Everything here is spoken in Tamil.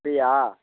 ஃப்ரீயா